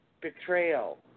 betrayal